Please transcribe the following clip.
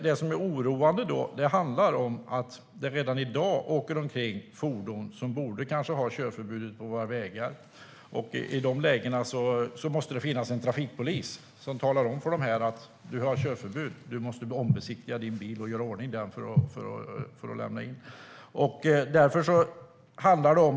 Det som är oroande är att det redan i dag åker omkring fordon ute på våra vägar som borde ha körförbud. I det läget måste det finnas en trafikpolis som talar om för dem som kör fordonen att de har körförbud, att de måste göra i ordning bilarna och ombesiktiga dem.